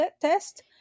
test